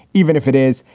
even if it is,